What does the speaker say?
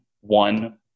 one